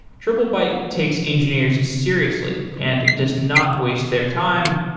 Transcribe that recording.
triplebyte takes engineers seriously and does not waste their time.